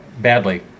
badly